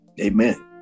Amen